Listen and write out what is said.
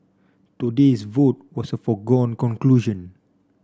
today's vote was a foregone conclusion